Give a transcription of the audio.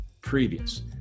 previous